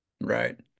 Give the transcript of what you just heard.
right